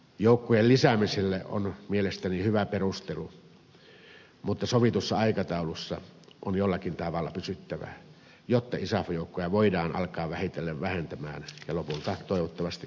joukkojen lisäämiselle on mielestäni hyvä perustelu mutta sovitussa aikataulussa on jollakin tavalla pysyttävä jotta isaf joukkoja voidaan alkaa vähitellen vähentää ja lopulta toivottavasti kotiuttaa kokonaan